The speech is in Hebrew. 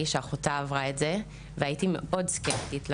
שאחותה עברה את זה והייתי מאוד סקפטית לנושא.